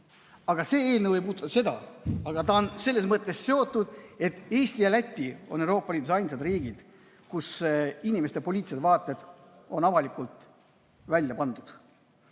30%. See eelnõu ei puuduta seda, aga ta on selles mõttes seotud, et Eesti ja Läti on Euroopa Liidus ainsad riigid, kus inimeste poliitilised vaated on avalikult välja pandud.